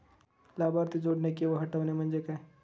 लाभार्थी जोडणे किंवा हटवणे, म्हणजे काय?